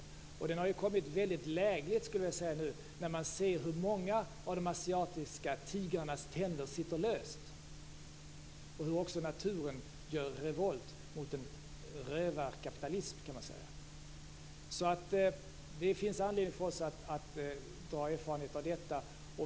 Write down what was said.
Satsningen har kommit väldigt lägligt när man nu ser hur många av de asiatiska tigrarnas tänder som sitter löst och hur också naturen gör revolt mot en rövarkapitalism. Det finns anledning för oss att ta vara på erfarenheterna av detta.